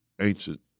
ancient